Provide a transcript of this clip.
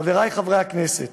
חברי חברי הכנסת,